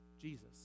Jesus